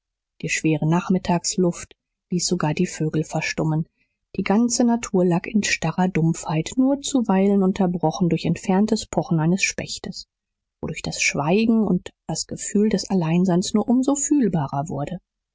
die schwere nachmittagsluft ließ sogar die vögel verstummen die ganze natur lag in starrer dumpfheit nur zuweilen unterbrochen durch entferntes pochen eines spechtes wodurch das schweigen und das gefühl des alleinseins nur um so fühlbarer wurde